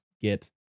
get